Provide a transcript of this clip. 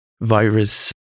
virus